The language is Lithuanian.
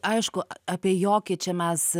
aišku apie jokį čia mes